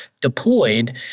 deployed